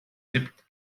sibt